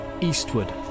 eastward